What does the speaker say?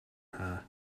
her